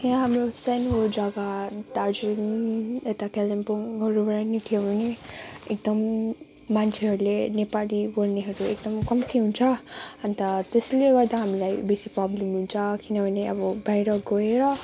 यहाँ हाम्रो सानो जग्गा दार्जिलिङ यता कालिम्पोङहरूबाट निक्लियो भने एकदम मान्छेहरूले नेपाली बोल्नेहरू एकदम कम्ती हुन्छ अन्त त्यसैले गर्दा हामीलाई बेसी प्रब्लम हुन्छ किनभने अब बाहिर गएर